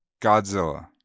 Godzilla